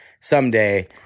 someday